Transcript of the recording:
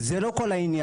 זה לא כל העניין,